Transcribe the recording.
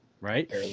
Right